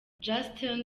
justin